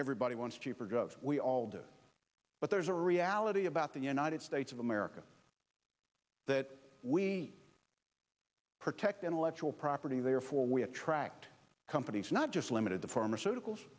everybody wants cheaper drugs we all do but there's a reality about the united states of america that we protect intellectual property therefore we attract companies not just limited to pharmaceuticals